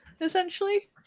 essentially